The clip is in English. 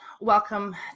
welcome